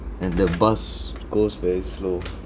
and the bus goes very slow